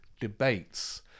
debates